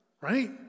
Right